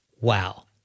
Wow